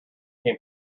came